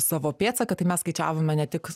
savo pėdsaką tai mes skaičiavome ne tik